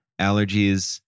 allergies